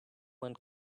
one